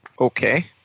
Okay